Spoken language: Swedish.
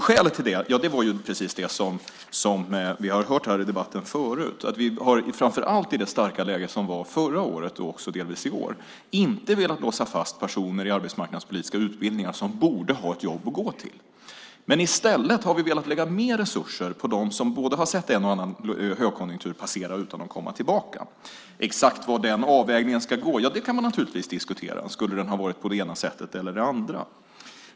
Skälet till det var precis det som vi har hört här i debatten förut, nämligen att vi framför allt i det starka läge som var förra året och också delvis i år inte velat låsa fast personer som borde ha ett jobb att gå till i arbetsmarknadspolitiska utbildningar. I stället har vi velat lägga mer resurser på dem som har sett en och annan högkonjunktur passera utan att komma tillbaka. Exakt hur denna avvägning ska kunna ske kan man naturligtvis diskutera - om den skulle ha skett på det ena sättet eller på det andra sättet.